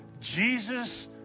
Jesus